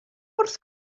wrth